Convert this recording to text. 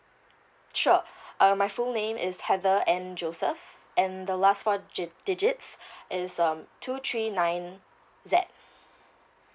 sure uh my full name is heather ann joseph and the last four digits is um two three nine Z